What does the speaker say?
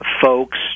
folks